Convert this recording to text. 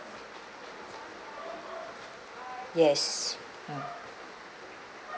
yes mm